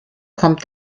kommt